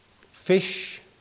Fish